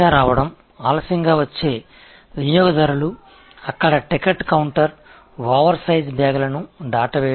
எனவே தாமதமாக வந்து கஸ்டமர்கள் தாமதமாக வருகிறார்கள் டிக்கெட் கவுண்டர் அதிகப்படியான பைகளைத் தவிர்த்து அங்கே உள்ளன